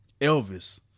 Elvis